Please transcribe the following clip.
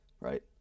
right